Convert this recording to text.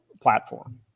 platform